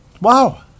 Wow